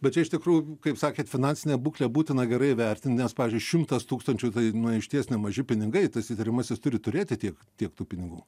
bet čia iš tikrųjų kaip sakėt finansinę būklę būtina gerai įvertinti nes pavyzdžiui šimtas tūkstančių tai nu išties nemaži pinigai tas įtariamasis turi turėti tiek tiek tų pinigų